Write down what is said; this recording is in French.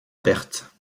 perte